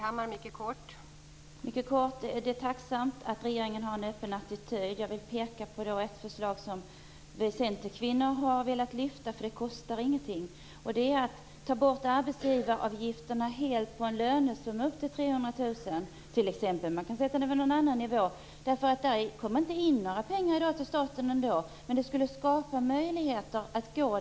Fru talman! Det är tacknämligt att regeringen har en öppen attityd. Jag vill peka på ett förslag som vi centerkvinnor har velat lyfta fram, eftersom det inte kostar någonting, nämligen att helt ta bort arbetsgivaravgifterna på en lönesumma upp till exempelvis 300 000 kr. Det kan också ske upp till någon annan nivå. Det kommer i dag inte in några arbetsgivaravgifter till staten i detta sammanhang, men på den här vägen skulle det skapas möjligheter härtill.